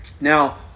Now